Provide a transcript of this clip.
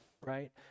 right